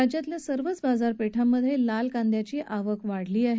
राज्यातील सर्वच बाजार पेठांमध्ये लाल कांद्याची आवक वाढली आहे